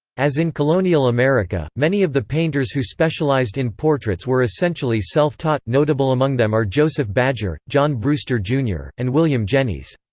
as in colonial america, many of the painters who specialized in portraits were essentially self-taught notable among them are joseph badger, john brewster, jr, and william jennys.